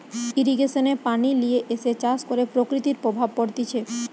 irrigation এ পানি লিয়ে এসে চাষ করে প্রকৃতির প্রভাব পড়তিছে